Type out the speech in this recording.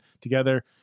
together